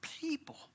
people